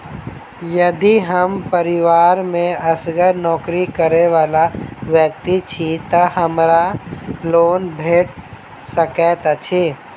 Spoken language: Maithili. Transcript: यदि हम परिवार मे असगर नौकरी करै वला व्यक्ति छी तऽ हमरा लोन भेट सकैत अछि?